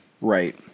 Right